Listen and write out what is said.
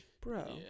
Bro